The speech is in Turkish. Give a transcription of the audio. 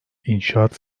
inşaat